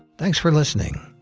thanks for listening,